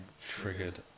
triggered